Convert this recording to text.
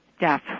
death